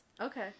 Okay